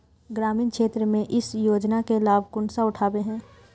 ग्रामीण क्षेत्र में इस योजना के लाभ कुंसम उठावे है?